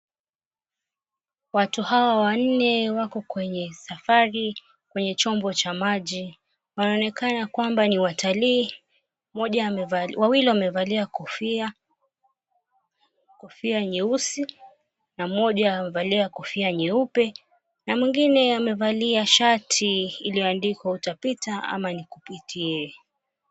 Watu hawa wanne wako kwenye safari kwenye chombo cha maji. Wanaonekana kuwa ni watalii. Wawili wamevalia kofia nyeusi na mmoja amevalia kofia nyeupe na mwingine amevalia shati iliyoandikwa, "Utapita ama nikupitie".